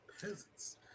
Peasants